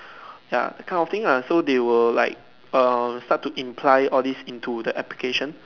ya that kind of thing lah so they will like err start to imply all these into the application